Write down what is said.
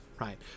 right